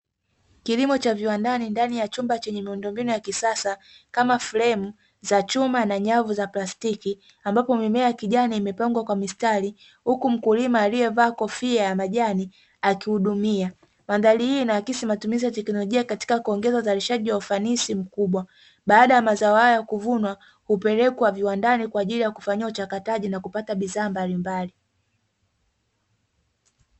Kilimo cha viwandani ndani ya chumba chenye miundombinu ya kisasa, kama fremu za chuma na nyavu za plastiki, ambapo mimea ya kijani imepangwa kwa mistari, huku mkulima aliyevaa kofia ya majani akihudumia. Mandhari hii inaakisi matumizi ya teknolojia katika kuongeza uzalishaji wa ufanisi mkubwa; baada ya mazao hayo kuvunwa, hupelekwa viwandani kwa ajili ya kufanyiwa uchakataji na kupata bidhaa mbalimbali.